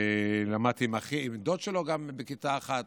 ולמדתי עם דוד שלו בכיתה אחת.